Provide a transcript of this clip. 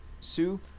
Sue